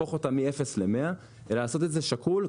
ולהפוך אותה מאפס למאה אלא לעשות את זה שקול,